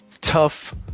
tough